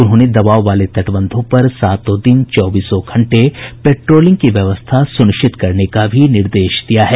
उन्होंने दबाव वाले तटबंधों पर सातों दिन चौबीस घंटे पेट्रोलिंग की व्यवस्था सुनिश्चित करने का भी निर्देश दिया है